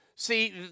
See